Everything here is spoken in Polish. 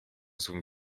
złym